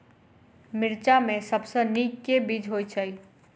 मिर्चा मे सबसँ नीक केँ बीज होइत छै?